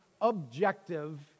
objective